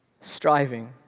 striving